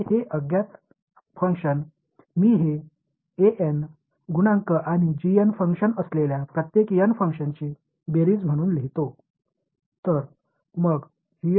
இந்த அறியப்படாத செயல்பாடு இங்கே n செயல்பாடுகளின் கூட்டுத்தொகையாக எழுதுகிறேன் ஒவ்வொன்றையும் கோஏபிசிஎன்ட் மற்றும் செயல்பாட்டுடன் எழுதுகிறேன்